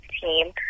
team